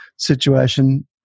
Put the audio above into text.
situation